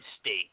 state